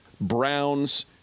Browns